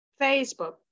Facebook